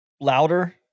louder